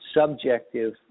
subjective